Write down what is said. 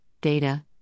data